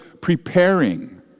preparing